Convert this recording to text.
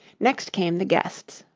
next came the guests,